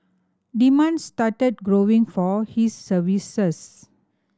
demand started growing for his services